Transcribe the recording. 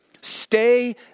Stay